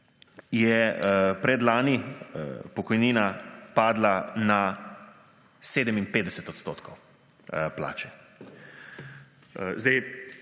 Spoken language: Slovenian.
je predlani pokojnina padla na 57 % plače.